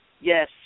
Yes